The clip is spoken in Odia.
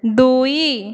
ଦୁଇ